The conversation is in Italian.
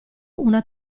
una